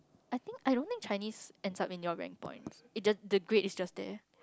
I think I don't think Chinese ends up in your rank points the grade is just there